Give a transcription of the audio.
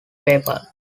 paper